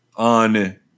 On